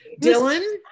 Dylan